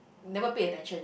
never pay attention